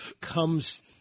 comes